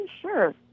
sure